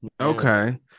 Okay